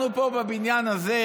אנחנו פה בבניין הזה,